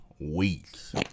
weeks